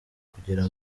kugera